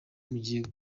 mugiye